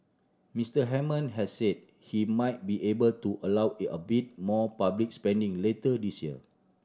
Mister Hammond has said he might be able to allow they a bit more public spending later this year